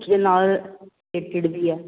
ਨਾਲ ਰਿਲੇਟਿਡ ਵੀ ਆ